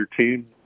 team